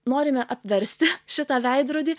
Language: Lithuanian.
norime apversti šitą veidrodį